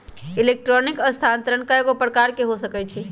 electronic स्थानान्तरण कएगो प्रकार के हो सकइ छै